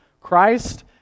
Christ